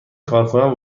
کارکنان